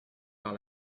par